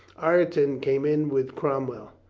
ireton came in with cromwell.